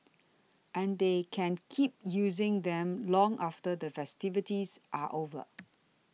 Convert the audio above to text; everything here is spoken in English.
and they can keep using them long after the festivities are over